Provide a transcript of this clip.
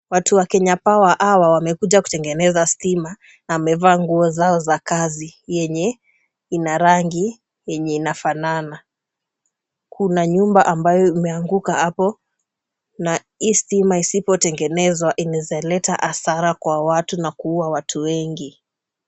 Watu wa Kenya power hawa wamekuja kutengeneza stima wamevaa nguo zao za kazi yenye ina rangi yenye inafanana. Kuna nyumba ambayo imeanguka hapo, na hii stima isipotengenezwa inaweza leta hasara kwa watu na kuua watu wengi.